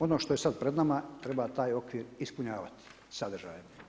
Ono što je sada pred nama treba taj okvir ispunjavati sadržajno.